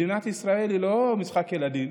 מדינת ישראל היא לא משחק ילדים.